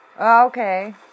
Okay